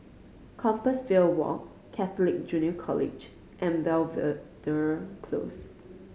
Compassvale Walk Catholic Junior College and Belvedere Close